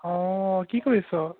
অঁ কি কৰিছ